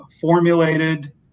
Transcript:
formulated